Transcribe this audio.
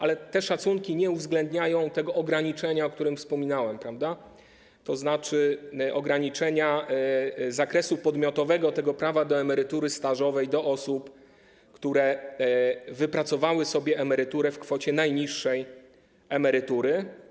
Ale te szacunki nie uwzględniają tego ograniczenia, o którym wspominałem, tzn. ograniczenia zakresu podmiotowego tego prawa do emerytury stażowej do osób, które wypracowały sobie emeryturę w kwocie najniższej emerytury.